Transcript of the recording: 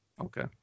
Okay